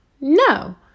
no